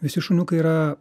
visi šuniukai yra